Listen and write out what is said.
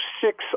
six